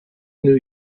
new